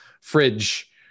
fridge